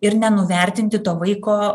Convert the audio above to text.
ir nenuvertinti to vaiko